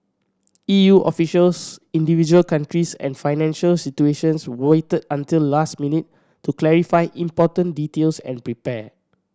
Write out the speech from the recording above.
E U officials individual countries and financial institutions waited until the last minute to clarify important details and prepare